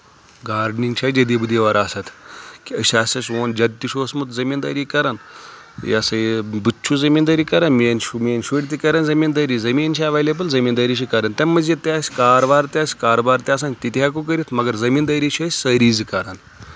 gardening چھِ اَسہِ جدی بدی وراثت آسان أسۍ ہَسا سون جد تہِ چھُ اوسمُت زٔمیٖندٲری کران یہِ ہسا یہِ بہٕ تہِ چھُس زٔمیٖندٲری کران میٲنۍ شُرۍ میٲنۍ شُرۍ تہِ کران زٔمیٖندٲری زٔمیٖن چھِ ایویلیبٕل زٔمیٖندٲری چھِ کران تَمہِ مٔزیٖد تہِ اَسہِ کاربار تہِ آسہِ کاربار تہِ آسان تِتہِ ہؠکو کٔرِتھ مَگر زٔمیٖندٲری چھِ أسۍ سٲری زِ کران